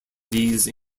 these